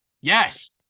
yes